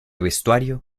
vestuario